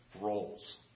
roles